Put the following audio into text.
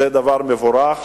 הן דבר מבורך,